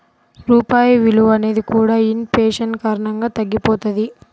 రూపాయి విలువ అనేది కూడా ఇన్ ఫేషన్ కారణంగా తగ్గిపోతది